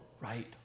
right